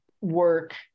work